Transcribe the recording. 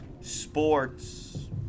sports